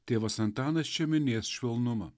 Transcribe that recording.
tėvas antanas čia minės švelnumą